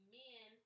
men